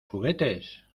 juguetes